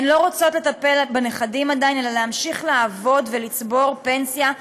הן עדיין לא רוצות לטפל בנכדים אלא להמשיך לעבוד ולצבור פנסיה,